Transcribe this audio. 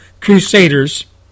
Crusaders